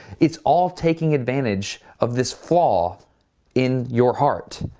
it's all taking advantage of this flaw in your heart,